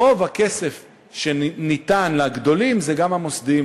רוב הכסף שניתן לגדולים זה גם המוסדיים,